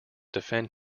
defend